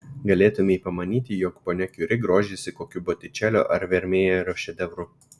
galėtumei pamanyti jog ponia kiuri grožisi kokiu botičelio ar vermejerio šedevru